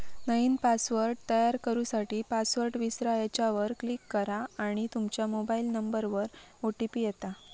नईन पासवर्ड तयार करू साठी, पासवर्ड विसरा ह्येच्यावर क्लीक करा आणि तूमच्या मोबाइल नंबरवर ओ.टी.पी येता